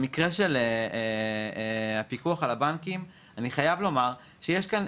במקרה של פיקוח על הבנקים אני חייב לומר שיש כאן